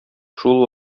шул